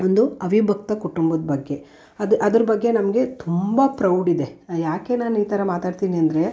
ಒಂದು ಅವಿಭಕ್ತ ಕುಟುಂಬದ ಬಗ್ಗೆ ಅದು ಅದ್ರ ಬಗ್ಗೆ ನಮಗೆ ತುಂಬ ಪ್ರೌಡಿದೆ ಏಕೆ ನಾನು ಈ ಥರ ಮಾತಾಡ್ತೀನಿ ಅಂದರೆ